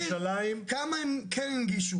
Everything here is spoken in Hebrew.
למ"ס אחד עד ארבע.